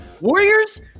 Warriors